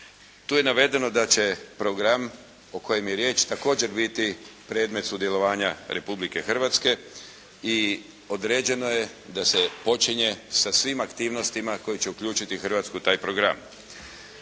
Tu je navedeno da će program o kojem je riječ također biti predmet sudjelovanja Republike Hrvatske i određeno je da se počinje sa svim aktivnostima koje će uključiti Hrvatsku u taj program.